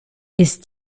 ist